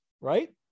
Right